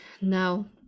now